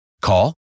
Call